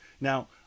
now